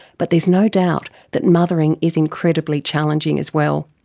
but there's no doubt that mothering is incredibly challenging as well,